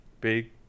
big